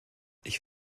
ich